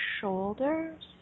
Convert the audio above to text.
shoulders